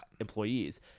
employees